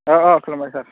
औ औ खुलुमबाय सार